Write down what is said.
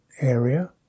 area